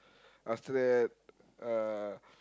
after that uh